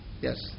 Yes